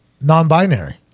Non-binary